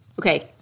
Okay